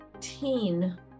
teen